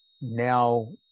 Now